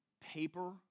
paper